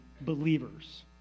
believers